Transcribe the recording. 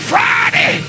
Friday